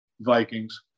Vikings